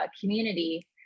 community